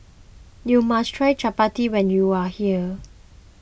you must try Chappati when you are here